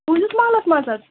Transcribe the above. تُہٕنٛدِس مَحلَس منٛز حظ